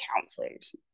counselors